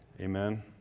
Amen